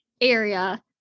area